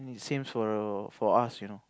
sames for for us you know